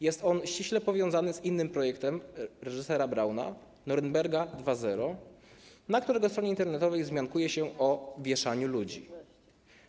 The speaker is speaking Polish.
Jest on ściśle powiązany z innym projektem reżysera Brauna Norymberga 2.0, na którego stronie internetowej wzmiankuje się o wieszaniu ludzi.